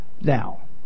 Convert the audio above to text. Now